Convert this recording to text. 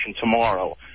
tomorrow